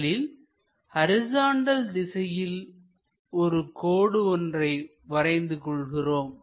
முதலில் ஹரிசாண்டல் திசையில் ஒரு கோடு ஒன்றை வரைந்து கொள்கிறோம்